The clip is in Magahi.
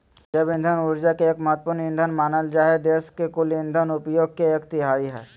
जैव इंधन ऊर्जा के एक महत्त्वपूर्ण ईंधन मानल जा हई देश के कुल इंधन उपयोग के एक तिहाई हई